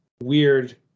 Weird